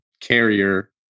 Carrier